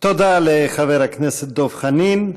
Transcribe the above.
תודה לחבר הכנסת דב חנין.